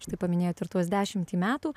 štai paminėjot ir tuos dešimtį metų